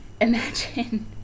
Imagine